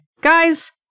guys